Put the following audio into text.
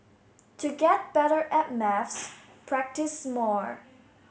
to get better at maths practise more